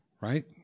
right